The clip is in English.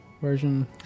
version